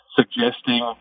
suggesting